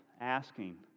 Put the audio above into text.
asking